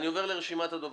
אני עובר לרשימת הדוברים.